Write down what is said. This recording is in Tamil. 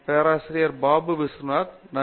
பேராசிரியர் பாபு விஸ்வநாத் நன்றி